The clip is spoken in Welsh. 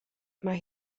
mae